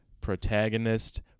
protagonist-